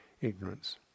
ignorance